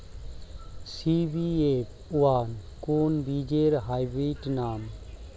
CBF one কোন বীজের hybrid নাম?